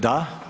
Da.